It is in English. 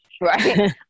right